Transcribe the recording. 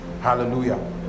Hallelujah